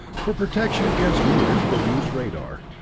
for protection against meteors, we'll use radar.